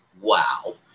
Wow